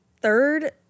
third